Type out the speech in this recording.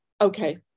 okay